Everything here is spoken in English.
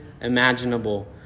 imaginable